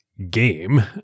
game